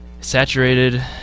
saturated